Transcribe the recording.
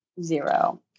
zero